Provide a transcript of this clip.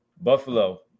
Buffalo